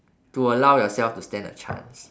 to allow yourself to stand a chance